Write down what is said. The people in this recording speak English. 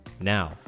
Now